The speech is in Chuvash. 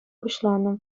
пуҫланӑ